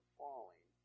falling